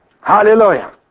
Hallelujah